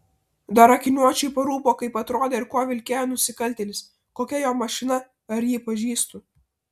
dar akiniuočiui parūpo kaip atrodė ir kuo vilkėjo nusikaltėlis kokia jo mašina ar jį pažįstu